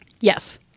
Yes